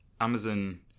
Amazon